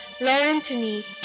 Laurentini